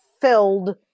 filled